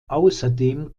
außerdem